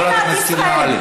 חברת הכנסת שולי מועלם.